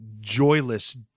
joyless